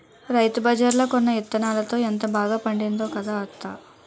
రైతుబజార్లో కొన్న యిత్తనాలతో ఎంత బాగా పండిందో కదా అత్తా?